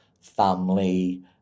family